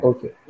Okay